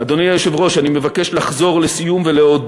אדוני היושב-ראש, לסיום אני מבקש לחזור ולהודות